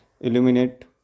illuminate